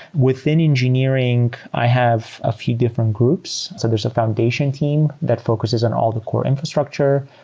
within engineering, i have a few different groups. so there's a foundation team that focuses on all core infrastructure.